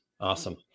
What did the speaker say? Awesome